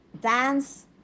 dance